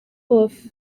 prof